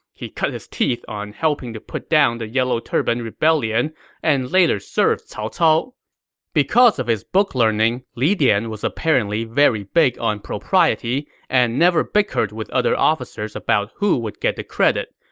he cut his teeth on helping to put down the yellow turban rebellion and later served cao cao because of his book-learning, li dian was apparently very big on propriety and never bickered with other officers about who would get the credit.